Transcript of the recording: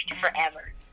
forever